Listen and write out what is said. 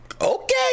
okay